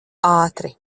ātri